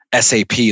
SAP